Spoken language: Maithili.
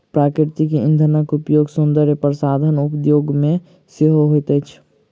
प्राकृतिक इंधनक उपयोग सौंदर्य प्रसाधन उद्योग मे सेहो होइत अछि